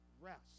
rest